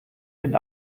den